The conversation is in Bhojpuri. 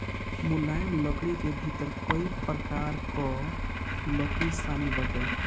मुलायम लकड़ी के भीतर कई प्रकार कअ लकड़ी शामिल बाटे